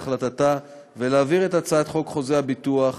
החלטתה ולהעביר את הצעת חוק חוזה הביטוח